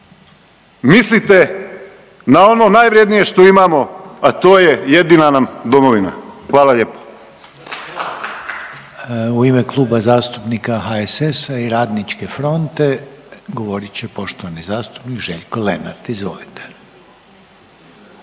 Mislite na ono najvrijednije što imamo, a to je jedina nam domovina, hvala lijepo. **Reiner, Željko (HDZ)** U ime Kluba zastupnika HSS-a i RF-a govorit će poštovani zastupnik Željko Lenart, izvolite.